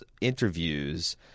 interviews